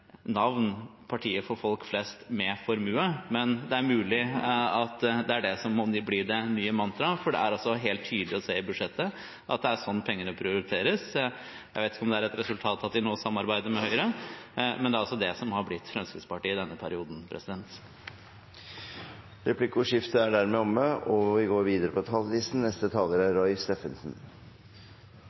«partiet for folk flest med formue», men det er mulig det er det som må bli det nye mantraet, for det er helt tydelig å se i budsjettet at det er slik pengene prioriteres. Jeg vet ikke om det er et resultat av at de nå samarbeider med Høyre, men det er altså det som har blitt Fremskrittspartiet i denne perioden. Replikkordskiftet er omme. Skattelette til norske arbeidsplasser er utrolig viktig fordi lavere skattetrykk er den aller mest effektive medisinen for å skape flere jobber og